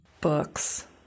books